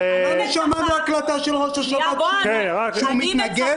עכשיו ----- שמענו הקלטה של ראש השב"כ שהוא מתנגד לשימוש בכלי הזה.